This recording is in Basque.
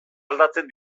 aldatzen